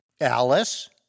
Alice